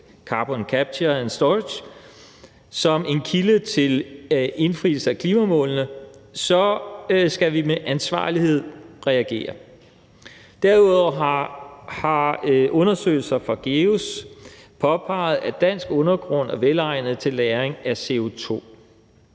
er en kilde til indfrielse af klimamålene, skal vi reagere med ansvarlighed. Derudover har undersøgelser fra GEUS påpeget, at dansk undergrund er velegnet til lagring af CO2.